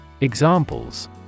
Examples